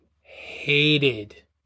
hated